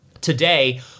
Today